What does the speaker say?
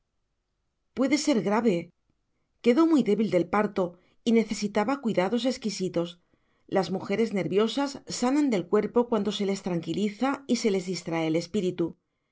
puede ser grave quedó muy débil del parto y necesitaba cuidados exquisitos las mujeres nerviosas sanan del cuerpo cuando se les tranquiliza y se les distrae el espíritu